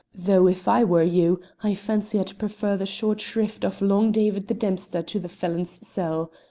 though, if i were you, i fancy i'd prefer the short shrift of long david the dempster to the felon's cell.